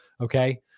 okay